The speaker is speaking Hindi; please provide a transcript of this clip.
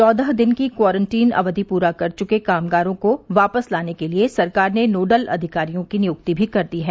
चौदह दिन की क्वारंटीन अवधि पूरा कर चुके कामगारों को वापस लाने के लिए सरकार ने नोडल अधिकारियों की नियुक्ति भी कर दी है